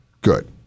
good